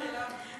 תמר, שאלה אמיתית.